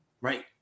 Right